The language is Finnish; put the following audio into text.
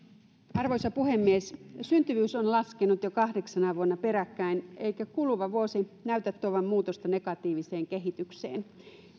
arvoisa puhemies syntyvyys on laskenut jo kahdeksana vuonna peräkkäin eikä kuluva vuosi näytä tuovan muutosta negatiiviseen kehitykseen